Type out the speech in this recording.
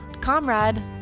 Comrade